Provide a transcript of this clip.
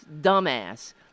dumbass